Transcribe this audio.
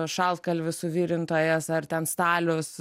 šaltkalvis suvirintojas ar ten stalius